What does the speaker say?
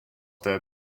their